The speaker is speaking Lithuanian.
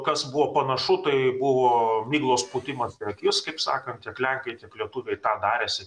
kas buvo panašu tai buvo miglos pūtimas į akis kaip sakant tiek lenkai tiek lietuviai tą darėsi